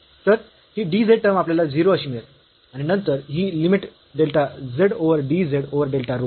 तर ही dz term आपल्याला 0 अशी मिळेल आणि नंतर ही limit delta z over dz over delta row